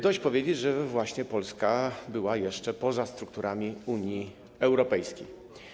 Dość powiedzieć, że Polska była jeszcze poza strukturami Unii Europejskiej.